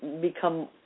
become